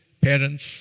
parents